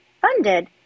funded